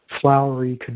flowery